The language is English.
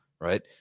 right